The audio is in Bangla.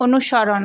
অনুসরণ